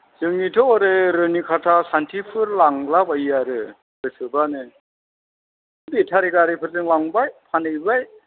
जोंनिथ' ओरै रुनिखाथा सान्तिपुर लांलाबायो आरो गोसोब्लानो बेटारि गारिफोरजों लांबाय फानहैबाय